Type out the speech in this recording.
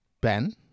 ben